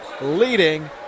leading